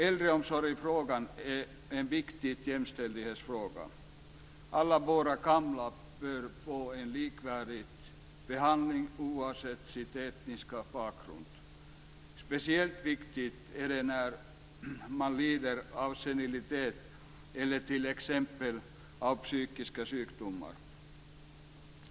Äldreomsorgen är en viktig jämställdhetsfråga. Alla våra gamla bör få en likvärdig behandling oavsett deras etniska bakgrund. Speciellt viktigt är det när man lider av senilitet eller av t.ex. psykiska sjukdomar.